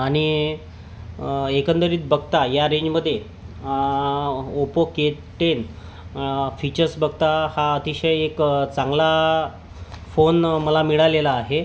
आणि एकंदरीत बघता या रेंजमध्ये ओपो के टेन फीचर्स बघता हा अतिशय एक चांगला फोन मला मिळालेला आहे